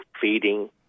feeding